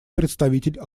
представитель